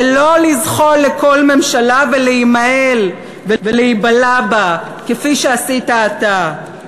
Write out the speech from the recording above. ולא לזחול לכל ממשלה ולהימהל ולהיבלע בה כפי שעשית אתה.